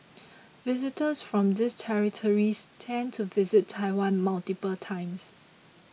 visitors from these territories tend to visit Taiwan multiple times